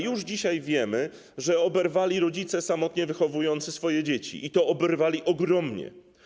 Już dzisiaj wiemy, że oberwali rodzice samotnie wychowujący swoje dzieci, i to oberwali ogromnie.